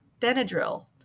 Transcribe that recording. Benadryl